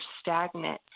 stagnant